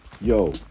Yo